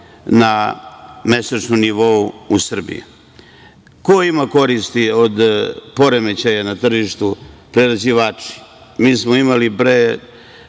na mesečnom nivou u Srbiji. Ko ima koristi od poremećaja na tržištu? Prerađivači. Mi smo imali tri,